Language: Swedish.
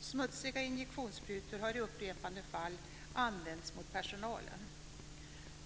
Smutsiga injektionssprutor har i upprepade fall använts mot personalen.